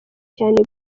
cyane